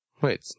Wait